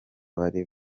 bari